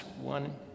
one